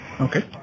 Okay